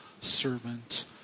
servant